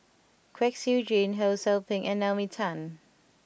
Kwek Siew Jin Ho Sou Ping and Naomi Tan